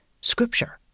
Scripture